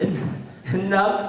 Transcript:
it's no